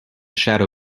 shadow